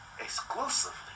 Exclusively